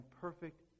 perfect